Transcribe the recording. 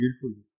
beautiful